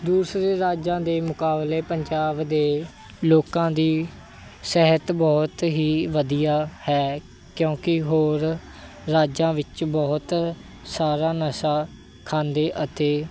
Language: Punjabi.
ਦੂਸਰੇ ਰਾਜਾਂ ਦੇ ਮੁਕਾਬਲੇ ਪੰਜਾਬ ਦੇ ਲੋਕਾਂ ਦੀ ਸਿਹਤ ਬਹੁਤ ਹੀ ਵਧੀਆ ਹੈ ਕਿਉਂਕਿ ਹੋਰ ਰਾਜਾਂ ਵਿੱਚ ਬਹੁਤ ਸਾਰਾ ਨਸ਼ਾ ਖਾਂਦੇ ਅਤੇ